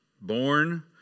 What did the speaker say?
born